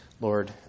Lord